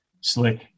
slick